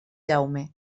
jaume